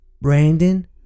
Brandon